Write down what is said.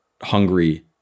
hungry